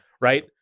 Right